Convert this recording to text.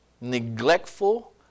neglectful